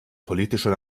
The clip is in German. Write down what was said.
politischer